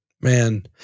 Man